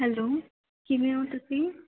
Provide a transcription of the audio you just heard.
hello ਕਿਵੇਂ ਹੋ ਤੁਸੀਂ